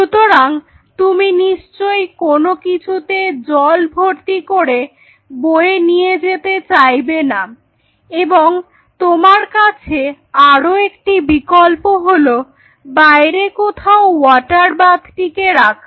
সুতরাং তুমি নিশ্চয়ই কোন কিছুতে জল ভর্তি করে বয়ে নিয়ে যেতে চাইবে না এবং Refer Time 2010 তোমার কাছে আরো একটি বিকল্প হলো বাইরে কোথাও ওয়াটার বাথটিকে রাখা